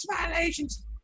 violations